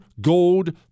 gold